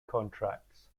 contracts